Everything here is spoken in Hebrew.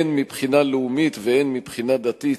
הן מבחינה לאומית והן מבחינה דתית.